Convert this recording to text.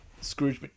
Scrooge